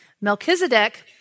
Melchizedek